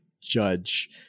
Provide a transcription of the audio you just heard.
judge